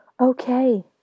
Okay